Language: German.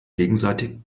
gegenseitig